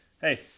hey